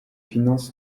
finances